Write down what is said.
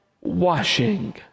washing